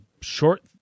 short